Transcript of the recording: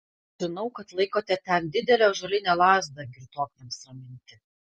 žinau kad laikote ten didelę ąžuolinę lazdą girtuokliams raminti